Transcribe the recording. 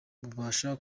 bubasha